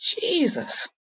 Jesus